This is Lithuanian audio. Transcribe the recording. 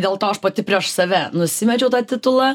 dėl to aš pati prieš save nusimečiau tą titulą